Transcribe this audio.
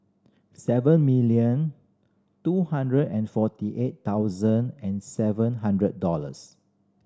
seven million two hundred and forty eight thousand and seven hundred dollars